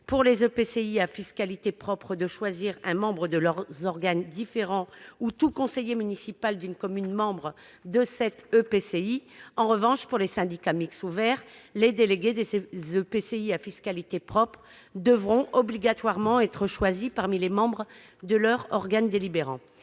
pour les EPCI à fiscalité propre de choisir un membre de leur organe délibérant ou tout conseiller municipal d'une commune membre de cet EPCI. En revanche, pour les syndicats mixtes ouverts, les délégués des EPCI à fiscalité propre devront obligatoirement être choisis parmi les membres de leur organe délibérant.